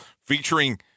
featuring